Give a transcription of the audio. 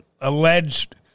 alleged